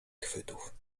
chwytów